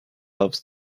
loves